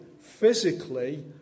physically